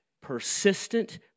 persistent